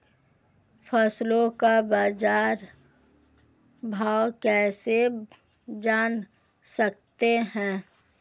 फसलों का बाज़ार भाव कैसे जान सकते हैं?